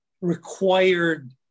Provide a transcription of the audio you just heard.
required